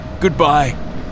goodbye